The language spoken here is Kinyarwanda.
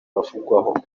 bavugwaho